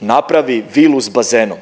napravi vilu sa bazenom